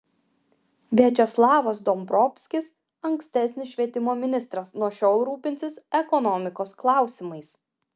viačeslavas dombrovskis ankstesnis švietimo ministras nuo šiol rūpinsis ekonomikos klausimais